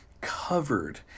covered